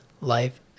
life